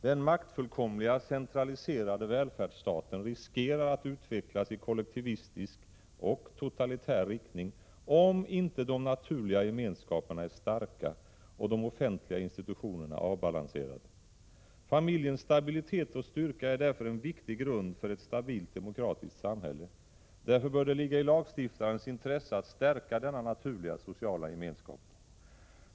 Den maktfullkomliga, centraliserade välfärdsstaten riskerar att utvecklas i kollektivistisk och totalitär riktning, om inte de naturliga gemenskaperna är starka och de offentliga institutionerna avbalanserade. Familjens stabilitet och styrka är därför en viktig grund för ett stabilt demokratiskt samhälle. Därför bör det ligga i lagstiftarens intresse att stärka denna naturliga sociala gemenskap.